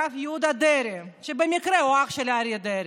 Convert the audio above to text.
הרב יהודה דרעי, שבמקרה הוא אח של אריה דרעי,